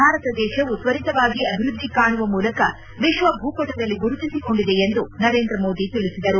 ಭಾರತ ದೇಶವು ತ್ವರಿತವಾಗಿ ಅಭಿವೃದ್ದಿ ಕಾಣುವ ಮೂಲಕ ವಿಶ್ವ ಭೂಪಟದಲ್ಲಿ ಗುರುತಿಸಿಕೊಂಡಿದೆ ಎಂದು ನರೇಂದ್ರ ಮೋದಿ ತಿಳಿಸಿದರು